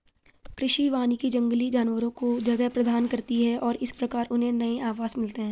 कृषि वानिकी जंगली जानवरों को जगह प्रदान करती है और इस प्रकार उन्हें नए आवास मिलते हैं